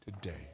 today